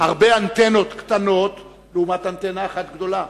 אנטנות קטנות או אנטנה אחת גדולה?